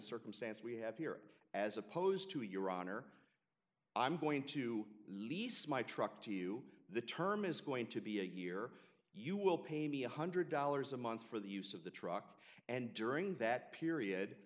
circumstance we have here as opposed to your honor i'm going to lease my truck to you the term is going to be a year you will pay me one hundred dollars a month for the use of the truck and during that period